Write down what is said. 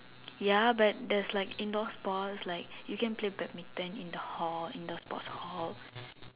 ya but there's like indoor sports like you can play badminton in the hall in the sports hall